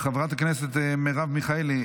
חברת הכנסת מרב מיכאלי,